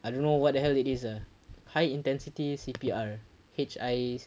I don't know what the hell it is ah high intensity C_P_R H_I